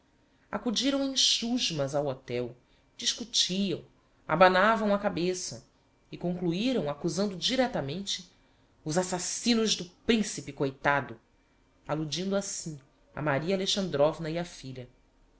acudiram em chusmas ao hotel discutiam abanavam a cabeça e concluiram acusando directamente os assassinos do principe coitado aludindo assim a maria alexandrovna e á filha